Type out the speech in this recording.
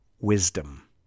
wisdom